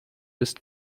ist